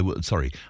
sorry